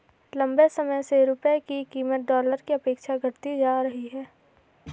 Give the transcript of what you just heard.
लंबे समय से रुपये की कीमत डॉलर के अपेक्षा घटती जा रही है